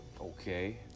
Okay